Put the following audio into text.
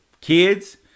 kids